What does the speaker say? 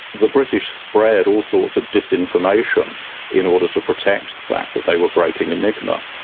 the british spread all sorts of disinformation in order to protect the fact that they were breaking enigma.